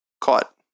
caught